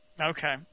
Okay